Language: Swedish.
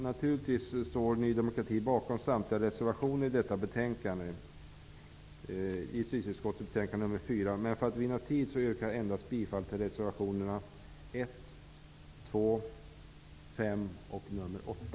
Naturligtvis står Ny demokrati bakom samtliga reservationer i justitieutskottets betänkande nr 4. För att vinna tid yrkar jag endast bifall till reservationerna 1, 2, 5 och 8.